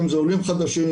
אם זה עולים חדשים,